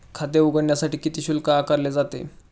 खाते उघडण्यासाठी किती शुल्क आकारले जाते?